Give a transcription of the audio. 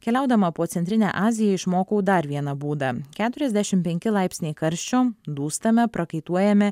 keliaudama po centrinę aziją išmokau dar vieną būdą keturiasdešim penki laipsniai karščio dūstame prakaituojame